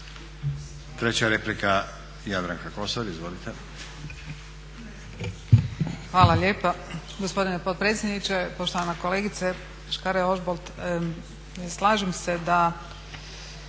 Treća replika, Jadranka Kosor. Izvolite.